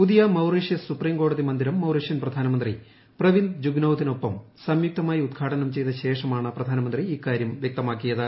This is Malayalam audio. പുതിയ മൌറീഷ്യസ് സുപ്രീം കോടതി മന്ദിരം മൌറീഷ്യൻ പ്രധാനമന്ത്രി പ്രവീന്ദ് ജുഗ്നൌത്തിനൊപ്പം സംയുക്തമായി ഉദ്ഘാടനം ചെയ്ത ശേഷമാണ് പ്രധാനമന്ത്രി ഇക്കാരൃം വൃക്തമാക്കിയത്